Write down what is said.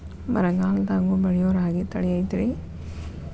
ಬರಗಾಲದಾಗೂ ಬೆಳಿಯೋ ರಾಗಿ ತಳಿ ಐತ್ರಿ?